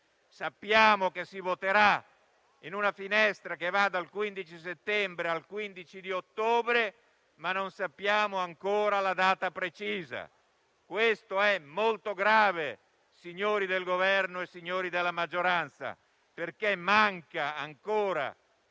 Sappiamo infatti che si voterà in una finestra che va dal 15 settembre al 15 ottobre, ma non sappiamo ancora la data precisa. Questo è molto grave, signori del Governo e della maggioranza, perché manca poco